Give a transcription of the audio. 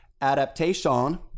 Adaptation